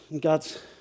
God's